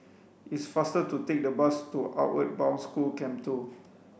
it's faster to take the bus to Outward Bound School Camp Two